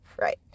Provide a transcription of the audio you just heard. Right